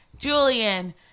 Julian